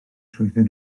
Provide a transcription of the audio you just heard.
trwyddyn